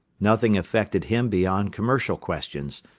nothing affected him beyond commercial questions,